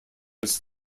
its